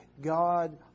God